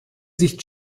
sich